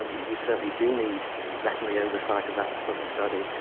um you certainly do need veterinary oversight of that sort of study,